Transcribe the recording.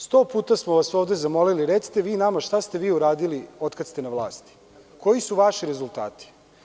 Sto puta smo vas ovde zamolili – recite vi nama, šta ste vi uradili od kad ste na vlasti, koji su vaši rezultati?